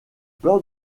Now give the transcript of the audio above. peur